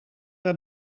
naar